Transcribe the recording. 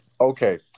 Okay